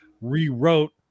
rewrote